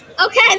Okay